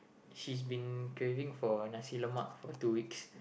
she's been craving for Nasi-Lemak for two weeks